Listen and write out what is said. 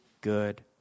good